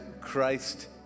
Christ